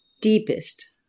deepest